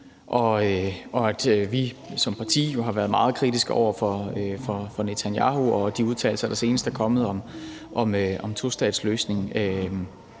og vi som parti har jo været meget kritiske over for Netanyahu og de udtalelser, der senest er kommet om tostatsløsningen.